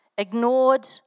Ignored